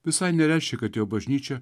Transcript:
visai nereiškia kad jo bažnyčia